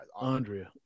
Andrea